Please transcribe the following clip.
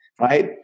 right